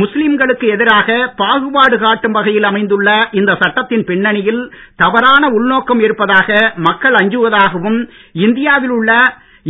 முஸ்லீம்களுக்கு எதிராக பாகுபாடு காட்டும் வகையில் அமைந்துள்ள இந்த சட்டத்தின் பின்னணியில் தவறான உள்நோக்கம் இருப்பதாக மக்கள் அஞ்சுவதாகவும் இந்தியாவில் உள்ள